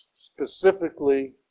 Specifically